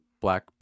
black